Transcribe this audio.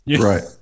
right